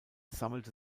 sammelte